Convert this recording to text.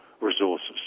resources